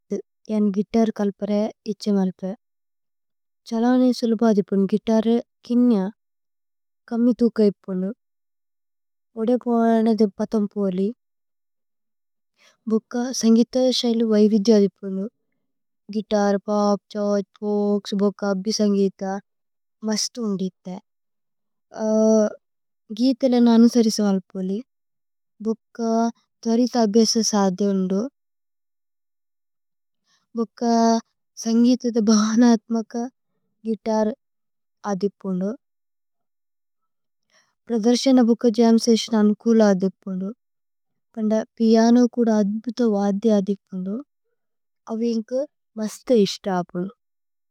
യേന് guitar കല്പരേ ഇച്ഛേ മല്പേ ഛ്ഹലാനേ। സുലുപദിപുന് ഗിതര്രേ കിന്ജ കമ്മി ഥുക। ഇപ്പുനു ഓദേ പോനാനേ ദേപ്പഥമ് പോലി ഭുക്ക। സന്ഗിത ശൈലു വൈവിദ്യ ദിപ്പുനു ഗിതര്। പോപ്, ഛുര്ഛ്, ഫോല്ക്സ്, ബുക്ക അഭി സന്ഗിത। മസ്തു ഉന്ദി ഇഥേ ഗീഥേലേ നേ അനുസരിസ। മല്പോലി ഭുക്ക ഥോരി തഭേസ സാധേ ഉന്ദു। ഭുക്ക സന്ഗിത ദേ ഭവനത്മക ഗിതര്। അദിപ്പുനു പ്രദര്സന ബുക്ക। ജമ് സേസ്ന അന്കുല അദിപ്പുനു പന്ദ പിയനോ കുദ। അദ്ബുത വദ്ദി അദിപ്പുനു। അവിന്കു മസ്തു ഇശ്ത അപ്നു।